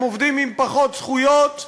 הם עובדים עם פחות זכויות,